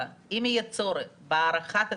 אם יהיה צורך בהארכת התקנות,